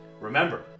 remember